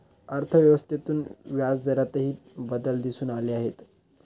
अर्थव्यवस्थेतून व्याजदरातही बदल दिसून आले आहेत